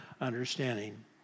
understanding